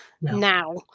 now